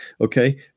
okay